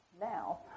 now